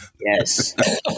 Yes